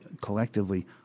collectively